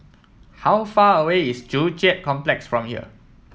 how far away is Joo Chiat Complex from here